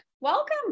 Welcome